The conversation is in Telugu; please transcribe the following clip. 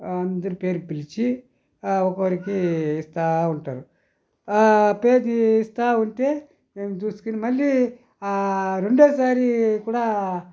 అందరి పేరు పిలిచి ఒక్కొక్కరికి ఇస్తా ఉంటరు పేరు ఇస్తా ఉంటే మేము చూసుకుని మళ్ళీ రెండవ సారి కూడా